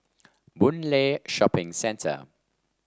Boon Lay Shopping Centre